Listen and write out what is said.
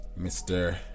Mr